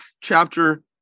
chapter